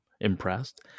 Impressed